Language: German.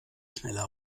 schneller